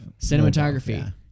Cinematography